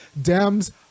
Dems